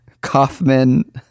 Kaufman